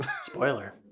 Spoiler